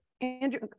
Andrew